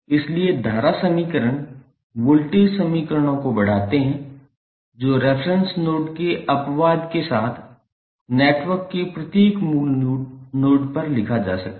इसलिए धारा समीकरण वोल्टेज समीकरणों को बढ़ाते हैं जो रेफेरेंस नोड के अपवाद के साथ नेटवर्क के प्रत्येक मूल नोड पर लिखा जा सकता है